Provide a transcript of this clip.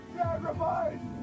sacrifice